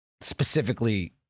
specifically